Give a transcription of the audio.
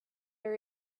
our